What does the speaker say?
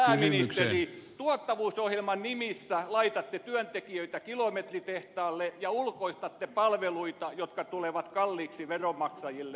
arvoisa pääministeri tuottavuusohjelman nimissä laitatte työntekijöitä kilometritehtaalle ja ulkoistatte palveluita jotka tulevat kalliiksi veronmaksajille